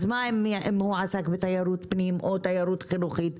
אז מה אם הוא עסק בתיירות פנים או תיירות חינוכית,